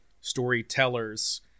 storytellers